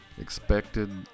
expected